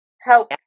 help